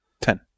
Ten